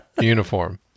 Uniform